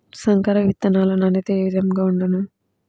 సంకర విత్తనాల నాణ్యత ఏ విధముగా ఉండును?